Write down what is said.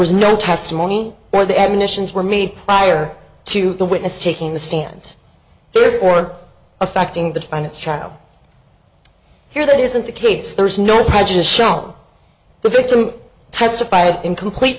was no testimony or the admissions were me prior to the witness taking the stand therefore affecting the finest child here that isn't the case there is no prejudice shown the victim testified in complete